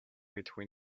between